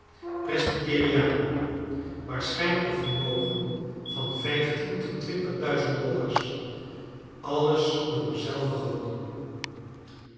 presbyteriaan waarschijnlijk een vermogen van vijftien tot twintig duizend dollars alles door hem zelven gewonnen